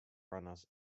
runners